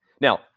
Now